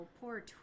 poor